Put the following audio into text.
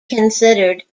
considered